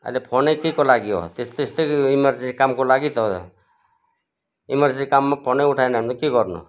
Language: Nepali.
अहिले फोनै के को लागि हो ते त्यस्तै इमर्जेन्सी कामको लागि त हो इमर्जेन्सी काममा फोनै उठाएन भने के गर्नु